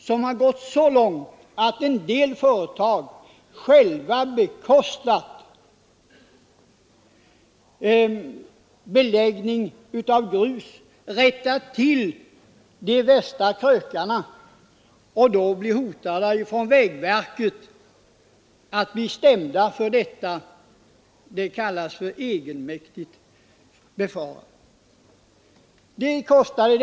Det har gått så långt att en del företag själva har bekostat beläggning med grus, och rätat ut de tväraste vägkrökarna. De har sedan av vägverket hotats med stämning för egenmäktigt förfarande.